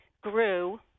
grew